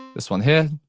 this one here,